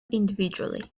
individually